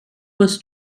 was